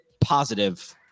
positive